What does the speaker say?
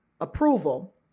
approval